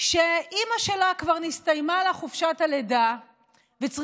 שלאימא שלהם כבר נסתיימה חופשת הלידה והיא